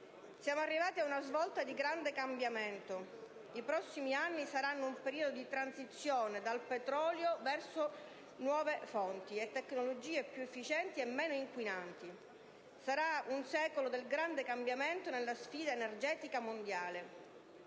Siamo arrivati a una svolta di grande cambiamento: i prossimi anni saranno un periodo di transizione dal petrolio verso nuove fonti e tecnologie più efficienti e meno inquinanti, sarà un secolo del grande cambiamento nella sfida energetica mondiale.